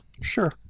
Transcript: Sure